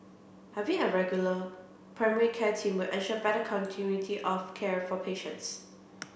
having a regular primary care team will ensure better continuity of care for patients